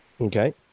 Okay